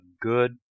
good